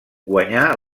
guanyà